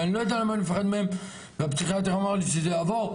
ואני לא יודע למה אני מפחד מהם והפסיכיאטר אמר לי שזה יעבור,